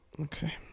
Okay